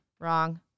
Wrong